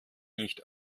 nicht